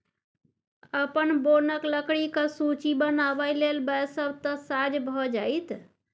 अपन बोनक लकड़ीक सूची बनाबय लेल बैसब तँ साझ भए जाएत